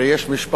הרי יש משפחות